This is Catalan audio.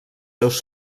seus